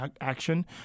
action